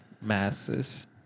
masses